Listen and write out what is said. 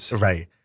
Right